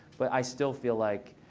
but i still feel like,